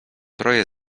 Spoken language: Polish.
troje